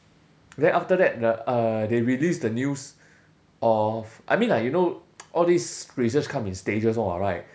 then after that the uh they released the news of I mean like you know all these phases come in stages [one] [what] right